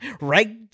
right